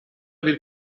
bir